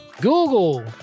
Google